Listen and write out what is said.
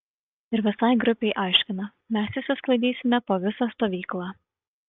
ir visai grupei aiškina mes išsisklaidysime po visą stovyklą